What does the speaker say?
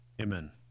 amen